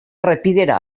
errepidera